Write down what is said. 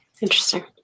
Interesting